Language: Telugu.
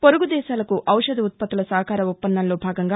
పొరుగు దేశాలకు ఔషధ ఉత్పత్తుల సహకార ఒప్పందంలో భాగంగా